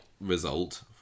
result